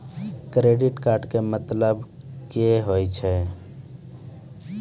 Credit card के मतलब होय छै?